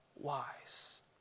wise